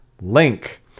Link